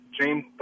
James